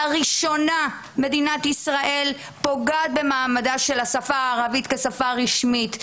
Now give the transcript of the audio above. לראשונה מדינת ישראל פוגעת במעמדה של השפה הערבית כשפה רשמית.